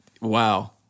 Wow